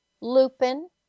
Lupin